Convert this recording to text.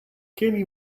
kelly